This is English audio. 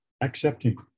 accepting